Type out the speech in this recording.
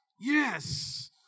Yes